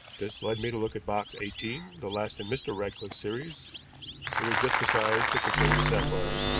this led me to look at box eighteen, the last in mr. ratcliffe's series it was just the size to contain the sapphire.